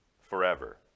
forever